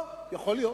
או יכול להיות.